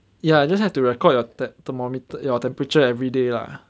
yeah you just have to record your thermometer your temperature everyday lah